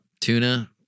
Tuna